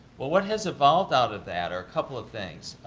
what what has evolved out of that are a couple of things.